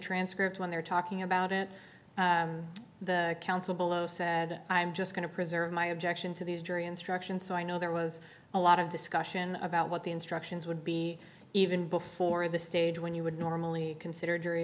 transcript when they're talking about it the counsel below said i'm just going to preserve my objection to these jury instructions so i know there was a lot of discussion about what the instructions would be even before the stage when you would normally consider